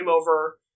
over